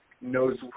knows